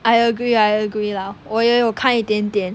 I agree I agree lah 我也有看一点点